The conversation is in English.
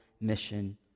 mission